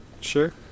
Sure